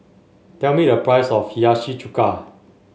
tell me the price of Hiyashi Chuka